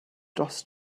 dros